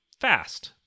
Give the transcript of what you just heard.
fast